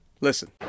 Listen